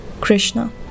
Krishna